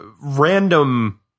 random